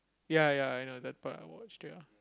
ya ya I know that part I watched ya